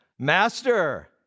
Master